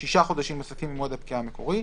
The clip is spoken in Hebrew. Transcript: שישה חודשים נוספים ממועד הפקיעה המקורי,